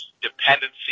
dependency